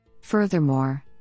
Furthermore